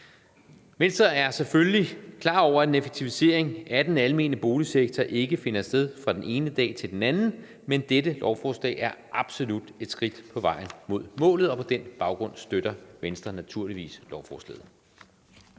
Venstre er selvfølgelig klar over, at en effektivisering af den almene boligsektor ikke finder sted fra den ene dag til den anden, men dette lovforslag er absolut et skridt på vejen mod målet, og på den baggrund støtter Venstre naturligvis lovforslaget.